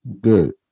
Good